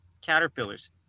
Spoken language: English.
caterpillars